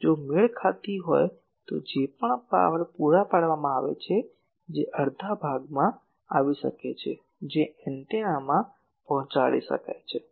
જો મેળ ખાતી હોય તો જે પણ પાવર પૂરા પાડવામાં આવે છે જે અડધા ભાગમાં આવી શકે છે જે એન્ટેનામાં પહોંચાડી શકાય છે